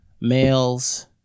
males